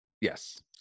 yes